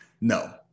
No